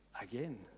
again